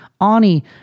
Ani